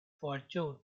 fortune